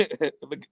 Look